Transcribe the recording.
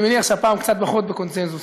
אני מניח שהפעם קצת פחות בקונסנזוס,